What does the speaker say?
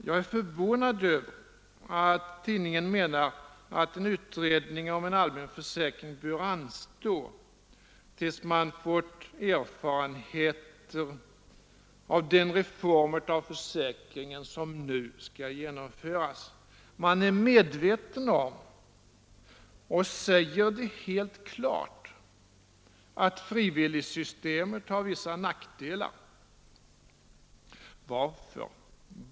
Jag är förvånad över att tidningen menar att en utredning om en allmän försäkring bör anstå, tills man har fått erfarenheter av den reform av försäkringen som nu skall genomföras. Man är medveten om — och säger det helt klart — att frivilligsystemet har vissa nackdelar.